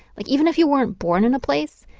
like, even if you weren't born in a place,